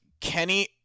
Kenny